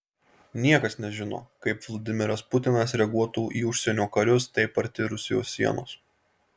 niekas nežino kaip vladimiras putinas reaguotų į užsienio karius taip arti rusijos sienos